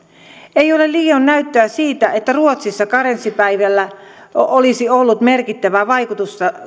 ei ole liioin näyttöä siitä että ruotsissa karenssipäivällä olisi ollut merkittävä vaikutus